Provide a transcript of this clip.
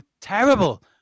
terrible